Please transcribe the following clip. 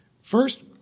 First